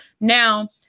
Now